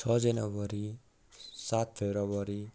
छ जनवरी सात फेब्रुअरी